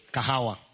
Kahawa